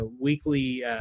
weekly